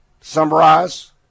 summarize